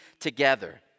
together